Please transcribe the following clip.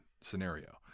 scenario